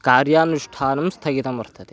कार्यानुष्ठानं स्थगितं वर्तते